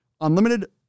Unlimited